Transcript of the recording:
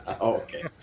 Okay